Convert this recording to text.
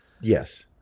yes